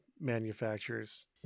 manufacturers